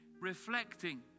reflecting